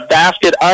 basket